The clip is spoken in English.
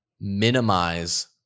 minimize